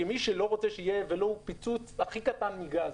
כמי שלא רוצה שיהיה ולו פיצוץ הכי קטן מגז